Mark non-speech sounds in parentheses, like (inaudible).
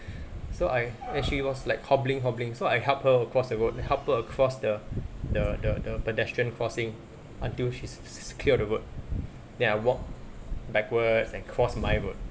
(breath) so I actually was like hobbling hobbling so I help her cross the road and help her cross the the the the pedestrian crossing until she's se~ secured the road then I walk backwards and cross my road